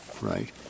right